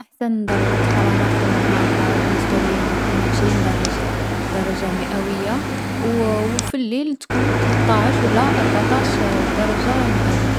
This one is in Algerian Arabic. أحسن درجة حرارة في النهار بالنسبة ليا هي ثنين و عشرين درجة درجة مئوية. و و في الليل تكون تلطاعش ولا رباطاعش درجة مئوية.